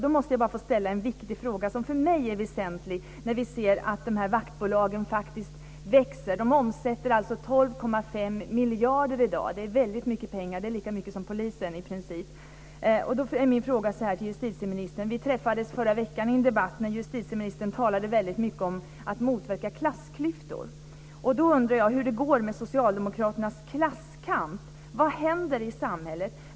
Då måste jag bara få ställa några frågor som är väsentliga för mig när vi ser att de här vaktbolagen faktiskt växer. De omsätter alltså 12,5 miljarder i dag. Det är väldigt mycket pengar. Det är lika mycket som polisen i princip. Justitieministern och jag träffades i förra veckan i en debatt där justitieministern talade väldigt mycket om att motverka klassklyftor. Då undrar jag hur det går med socialdemokraternas klasskamp. Vad händer i samhället?